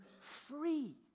free